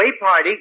party